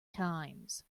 times